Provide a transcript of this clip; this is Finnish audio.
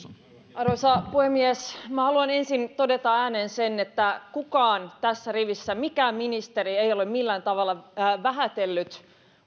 arvoisa puhemies minä haluan ensin todeta ääneen sen että kukaan tässä rivissä kukaan ministeri ei ole millään tavalla vähätellyt